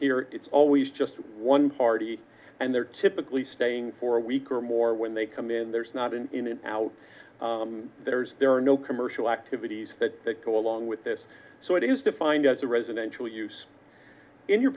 here it's always just one party and they're typically staying for a week or more when they come in there's not an in and out there's there are no commercial activities that go along with this so it is defined as a residential use in your